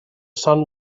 sun